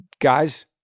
Guys